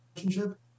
relationship